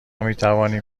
میتوانیم